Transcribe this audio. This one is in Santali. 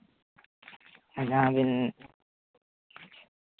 ᱡᱟᱦᱟᱸ ᱵᱤᱱ